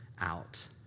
out